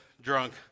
drunk